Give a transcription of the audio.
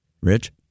Rich